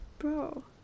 Bro